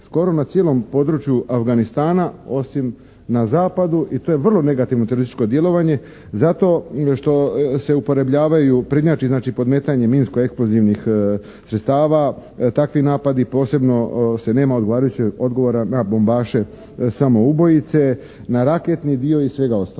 skoro na cijelom području Afganistana osim na zapadu i to je vrlo negativno terorističko djelovanje zato što se uporabljavaju, prednjači znači podmetanje minsko-eksplozivnih sredstava, takvi napadi, posebno nema odgovarajućeg odgovora na bombaše samoubojice, na raketni dio i svega ostalog.